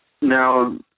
now